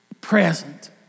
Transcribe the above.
present